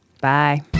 bye